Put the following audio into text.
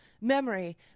memory